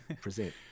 present